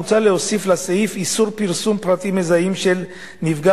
מוצע להוסיף לסעיף איסור פרסום פרטים מזהים של נפגע